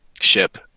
ship